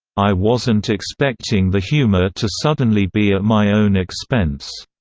i wasn't expecting the humor to suddenly be at my own expense.